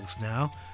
now